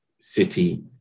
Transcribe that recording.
city